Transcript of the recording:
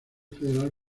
federal